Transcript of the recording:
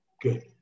Good